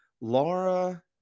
Laura